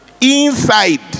inside